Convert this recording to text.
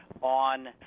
on –